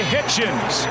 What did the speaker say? Hitchens